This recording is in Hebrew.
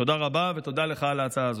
תודה רבה, ותודה לך על ההצעה הזאת.